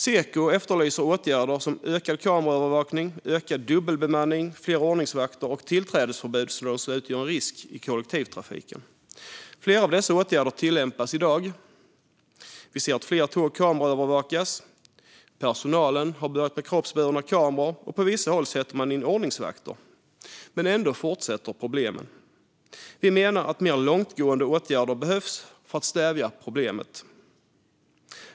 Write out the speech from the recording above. Seko efterlyser åtgärder som ökad kameraövervakning, ökad dubbelbemanning, fler ordningsvakter och tillträdesförbud för dem som utgör en risk i kollektivtrafiken. Flera av dessa åtgärder tillämpas i dag. Vi ser att fler tåg kameraövervakas, personalen har börjat med kroppsburna kameror och på vissa håll sätter man in ordningsvakter. Ändå fortsätter problemen. Vi menar att mer långtgående åtgärder behövs för att stävja problemet.